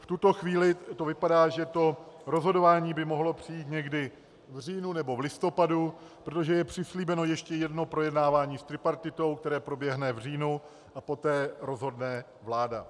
V tuto chvíli to vypadá, že to rozhodování by mohlo přijít někdy v říjnu nebo v listopadu, protože je přislíbeno ještě jedno projednávání s tripartitou, které proběhne v říjnu, a poté rozhodne vláda.